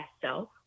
self